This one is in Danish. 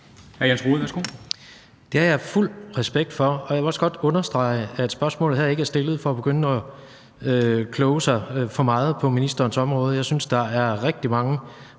Det har jeg fuld respekt for, og jeg vil også godt understrege, at spørgsmålet her ikke er stillet for at begynde at kloge mig for meget på ministerens område. Jeg synes, der er rigtig mange